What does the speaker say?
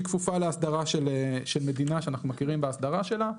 כפופה לאסדרה של מדינה שאנחנו מכירים באסדרה שלה.